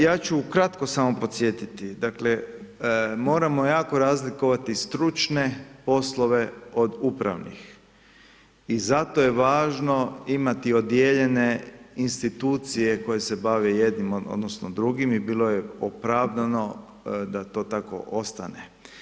Ja ću ukratko samo posjetiti dakle moramo jako razlikovati stručne poslove od upravnih i zato je važno imati odijeljene institucije koje se bave jednim odnosno drugim i bilo je opravdano da to tako ostane.